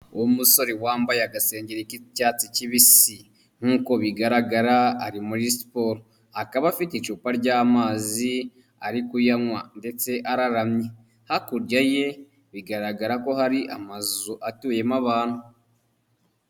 Umusore wambaye agasengeri k'icyatsi kibisi nk'uko bigaragara ari muri siporo, akaba afite icupa ry'amazi ari kuyanywa ndetse araramye, hakurya ye bigaragara ko hari amazu atuyemo abantu.